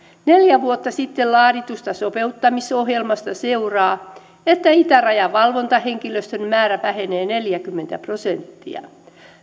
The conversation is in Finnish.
neljä vuotta sitten laaditusta sopeuttamisohjelmasta seuraa että itärajan valvontahenkilöstön määrä vähenee neljäkymmentä prosenttia